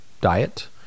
diet